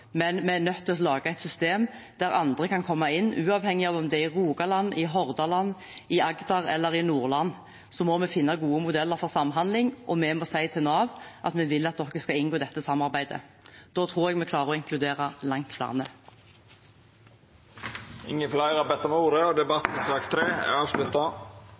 men vi er nødt til å lage et system der andre kan komme inn. Uavhengig av om det er i Rogaland, i Hordaland, i Agder eller i Nordland, må vi finne gode modeller for samhandling, og vi må si til Nav at vi vil at de skal inngå i dette samarbeidet. Da tror jeg vi klarer å inkludere langt flere. Fleire har ikkje bedt om til sak nr. 3. Etter ynske frå arbeids- og